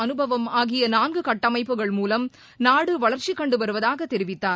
அனுபவம் ஆகிய நான்கு கட்டமைப்புகள் மூலம் நாடு வளர்ச்சி கண்டு வருவதாக தெரிவித்தார்